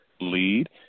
Lead